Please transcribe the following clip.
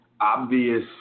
obvious